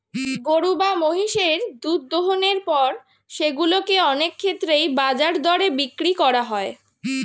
গরু বা মহিষের দুধ দোহনের পর সেগুলো কে অনেক ক্ষেত্রেই বাজার দরে বিক্রি করা হয়